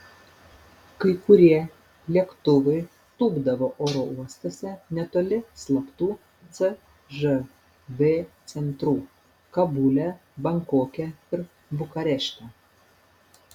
kai kurie lėktuvai tūpdavo oro uostuose netoli slaptų cžv centrų kabule bankoke ir bukarešte